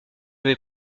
vais